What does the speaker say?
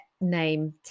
name